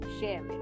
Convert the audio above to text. share